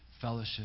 fellowship